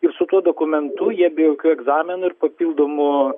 ir su tuo dokumentu jie be jokių egzaminų ir papildomų